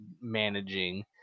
managing